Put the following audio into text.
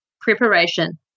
Preparation